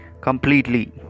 completely